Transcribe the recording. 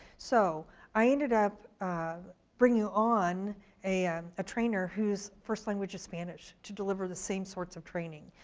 so i ended up bringing on a um ah trainer whose first language is spanish, to deliver the same sorts of training.